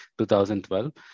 2012